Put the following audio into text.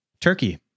turkey